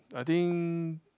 I think